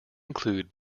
include